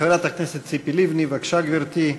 חברת הכנסת ציפי לבני, בבקשה, גברתי,